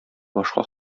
башка